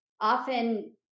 often